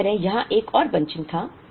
इसी तरह यहाँ एक और बंचिंग था